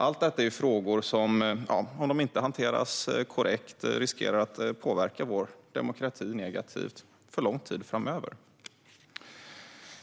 Allt detta är frågor som, om de inte hanteras korrekt, riskerar att påverka vår demokrati negativt för lång tid framöver.